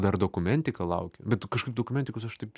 dar dokumentika laukia bet kažkaip dokumentikos aš taip